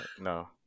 no